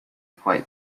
quite